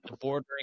bordering